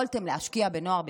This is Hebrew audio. יכולתם להשקיע בנוער בסיכון,